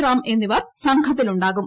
റാം എന്നിവർ സംഘത്തിലുണ്ടാകും